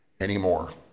anymore